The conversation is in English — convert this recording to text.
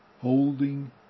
Holding